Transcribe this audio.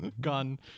gun